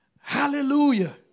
Hallelujah